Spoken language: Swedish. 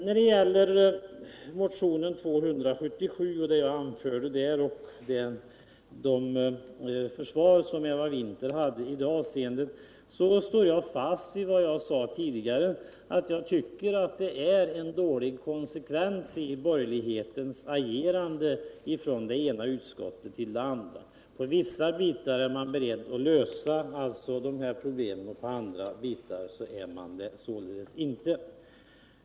När det gäller Eva Winthers försvar av utskottets ställningstagande till motionen 277 står jag fast vid vad jag tidigare sade, nämligen att det är en dålig konsekvens i borgerlighetens agerande från det ena utskottet till det andra — i vissa fall är man beredd att lösa sådana här problem, 1 andra fall inte.